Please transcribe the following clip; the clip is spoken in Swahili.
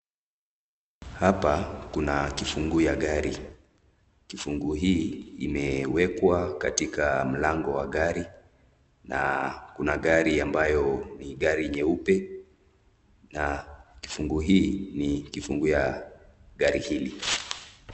Hapa kuna kifunguo ya gari kifunguo hii imewekwa kwenye mlango wa gari, na kuna gari ambayo ni gari nyeupe na kifunguo hii ni ya gari hili.